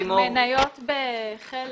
מניות בחלץ,